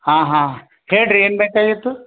ಹಾಂ ಹಾಂ ಹೇಳ್ರಿ ಏನು ಬೇಕಾಗಿತ್ತು